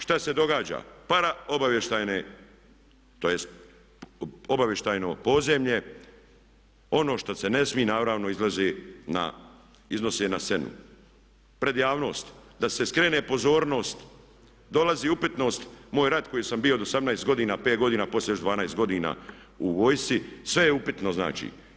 Šta se događa paraobavještajne tj. obavještajno podzemlje ono što se ne smije naravno iznose na scenu pred javnost da se skrene pozornost, dolazi upitnost, moj rat koji sam bio od 18 godina, 5 godina, poslije još 12 godina u vojsci, sve je upitno znači?